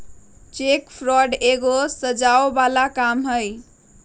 cheque fraud एगो सजाओ बला काम हई